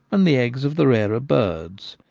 and the eggs of the rarer birds.